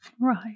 right